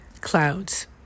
clouds